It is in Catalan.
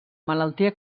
malaltia